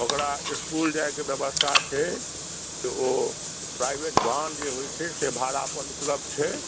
ओकरा इसकुल जाई के व्यवस्था छै से ओ प्राइवेट वाहन जे होई छै से भाड़ा पर उपलब्ध छै